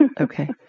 Okay